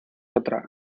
otra